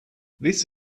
this